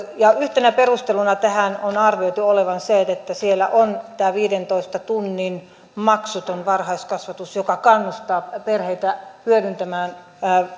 ja yhtenä perusteluna tähän on arvioitu olevan se että siellä on tämä viidentoista tunnin maksuton varhaiskasvatus joka kannustaa perheitä hyödyntämään